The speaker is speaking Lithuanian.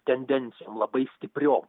tendencijom labai stipriom